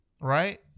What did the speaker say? Right